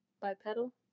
Bipedal